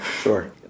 Sure